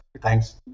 thanks